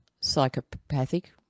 psychopathic